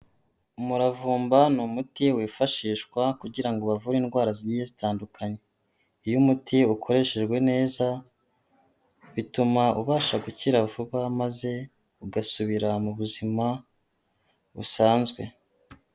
Umuravumba ni umuti wifashishwa kugira bavure indwara zigiye zitandukanye, iyo umuti ukoreshejwe neza bituma ubasha gukira vuba maze ugasubira mu buzima busanzwe.